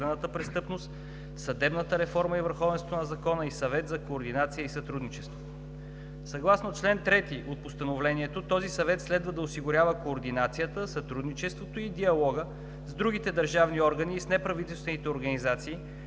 Съгласно чл. 3 от Постановлението този съвет следва да осигурява координацията, сътрудничеството и диалога с другите държавни органи и с неправителствените организации,